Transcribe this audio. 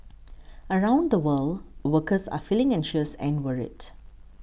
around the world workers are feeling anxious and worried